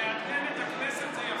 לעדכן את הכנסת זה יפה,